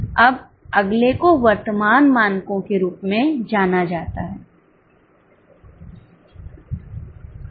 अब अगले को वर्तमान मानकों के रूप में जाना जाता है